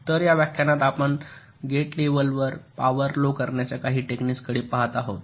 तर या व्याख्यानात आपण गेट लेव्हलवर पॉवर लो करण्याच्या काही टेक्निक्सकडे पहात आहोत